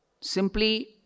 Simply